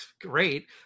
Great